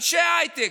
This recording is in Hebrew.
אנשי הייטק,